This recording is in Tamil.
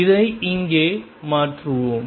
இதை இங்கே மாற்றுவோம்